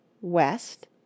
WEST